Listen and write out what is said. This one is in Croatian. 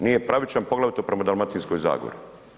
Nije pravičan poglavito prema Dalmatinskoj zagori.